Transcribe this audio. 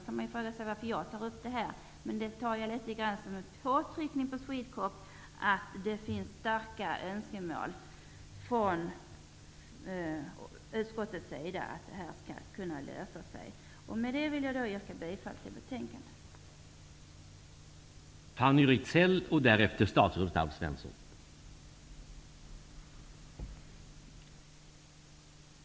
Man kan då undra varför jag tar upp frågan här i riksdagen. Jag gör det för att uppmärksamma Swedecorp på att det finns starka önskemål från utskottets sida om att det här skall kunna lösa sig. Med det vill jag yrka bifall till utskottets hemställan.